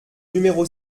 numéro